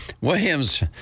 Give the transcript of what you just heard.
Williams